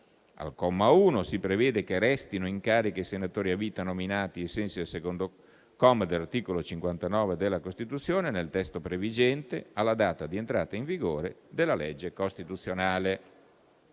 Al comma 1 si prevede che restino in carica i senatori a vita nominati ai sensi del secondo comma dell'articolo 59 della Costituzione nel testo previgente, alla data di entrata in vigore della legge costituzionale.